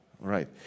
Right